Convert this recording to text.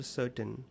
certain